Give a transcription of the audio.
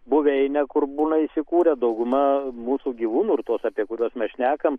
buveinę kur būna įsikūrę dauguma mūsų gyvūnų ir tuos apie kuriuos mes šnekam